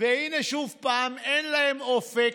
והינה, שוב אין להם אופק,